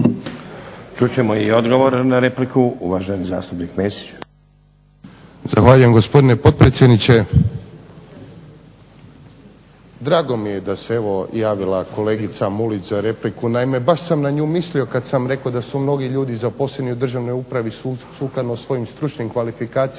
Čut ćemo i odgovor na repliku uvaženi zastupnik Mesić. **Mesić, Jasen (HDZ)** Zahvaljujem se gospodine potpredsjedniče. Drago mi je da se javila kolegica Mulić za repliku, naime baš sam na nju mislio kada sam rekao da su mnogi ljudi zaposleni u državnoj upravi sukladno svojim stručnim kvalifikacijama